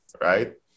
right